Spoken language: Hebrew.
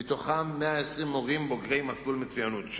מהם 120 מורים בוגרי מסלול מצוינות.